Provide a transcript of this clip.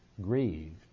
grieved